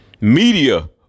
Media